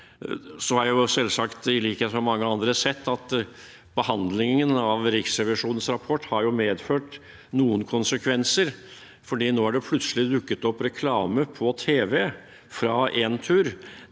behandlingen av Riksrevisjonens rapport har medført noen konsekvenser, for nå har det plutselig dukket opp reklame på tv fra Entur.